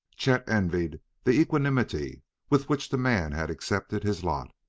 chet envied the equanimity with which the man had accepted his lot,